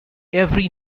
every